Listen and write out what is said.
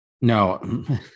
No